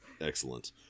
excellent